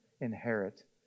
inherit